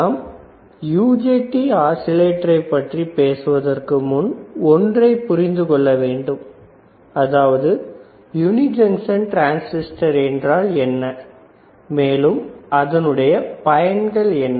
நாம் UJT ஆஸிலேட்டரை பற்றி பேசுவதற்கு முன் ஒன்றை புரிந்து கொள்ளவேண்டும் அதாவது யுனி ஜங்ஷன் டிரன்சிஸ்டர் என்றால் என்ன மேலும் அதனுடைய பயன்கள் என்ன